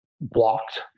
blocked